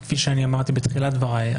וכפי שאמרתי בתחילת דבריי,